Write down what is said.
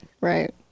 right